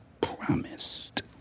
promised